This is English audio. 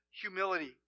humility